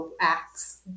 acts